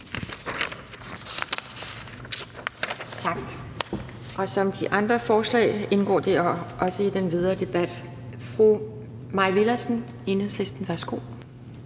Tak. Som de andre forslag til vedtagelse indgår det her også i den videre debat. Fru Mai Villadsen, Enhedslisten, værsgo.